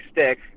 stick